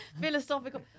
philosophical